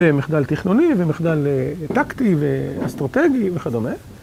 ‫זה מחדל תכנוני ומחדל טקטי ‫ואסטרטגי, וכדומה.